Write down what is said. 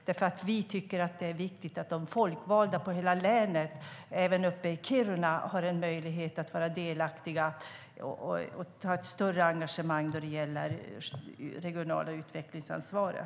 Vi tycker nämligen att det är viktigt att de folkvalda i hela länet, även uppe i Kiruna, har möjlighet att vara delaktiga och ha ett större engagemang då det gäller det regionala utvecklingsansvaret.